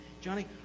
Johnny